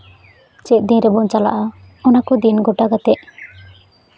ᱪᱮᱫ ᱫᱤᱱ ᱨᱮᱵᱚᱱ ᱪᱟᱞᱟᱜᱼᱟ ᱚᱱᱟ ᱠᱚ ᱫᱤᱱ ᱜᱳᱴᱟ ᱠᱟᱛᱮ